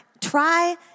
try